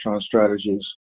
strategies